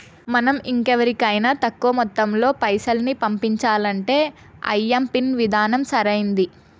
మనం ఇంకెవరికైనా తక్కువ మొత్తంలో పైసల్ని పంపించాలంటే ఐఎంపిన్ విధానం సరైంది